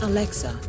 Alexa